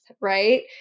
Right